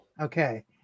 Okay